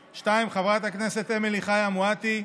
2. חברת הכנסת אמילי חיה מואטי,